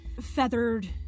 feathered